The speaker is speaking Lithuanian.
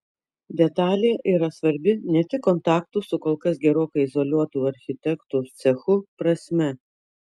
detalė yra svarbi ne tik kontaktų su kol kas gerokai izoliuotu architektų cechu prasme